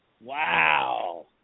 Wow